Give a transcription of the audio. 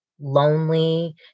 lonely